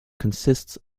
consists